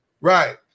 Right